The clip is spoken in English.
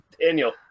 Daniel